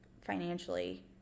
financially